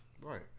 right